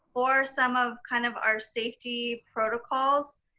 for some of kind of our safety protocols,